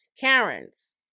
Karens